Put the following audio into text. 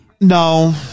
No